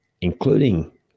including